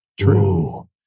True